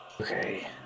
Okay